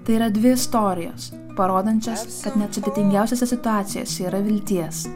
tai yra dvi istorijos parodančios kad net sudėtingiausiose situacijose yra vilties